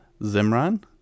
Zimran